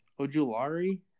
Ojulari